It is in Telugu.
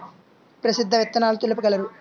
ప్రసిద్ధ విత్తనాలు తెలుపగలరు?